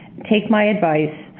take my advice,